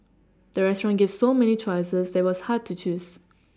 the restaurant gave so many choices that was hard to choose